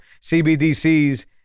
CBDCs